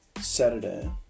Saturday